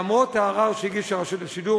למרות הערר שהגישה רשות השידור,